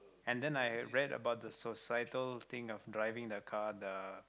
and then I read about the societal thing of driving a car the